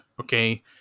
okay